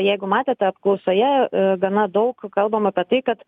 jeigu matėte apklausoje gana daug kalbam apie tai kad